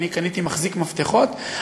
אני קניתי מחזיק מפתחות,